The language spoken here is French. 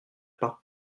pas